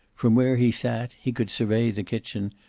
from where he sat he could survey the kitchen,